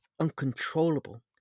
uncontrollable